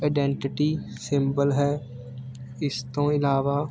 identity symbol ਹੈ ਇਸ ਤੋਂ ਇਲਾਵਾ